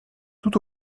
tout